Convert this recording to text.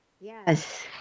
Yes